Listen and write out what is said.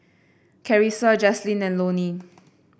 Carisa Jazlyn and Loni